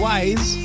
Wise